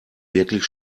wirklich